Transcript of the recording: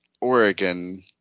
Oregon